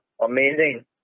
amazing